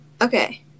Okay